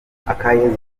akayezu